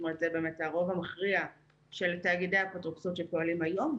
זה הרוב המכריע של תאגידי האפוטרופסות שפועלים היום,